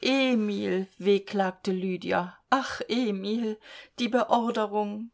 emil wehklagte lydia ach emil die beorderung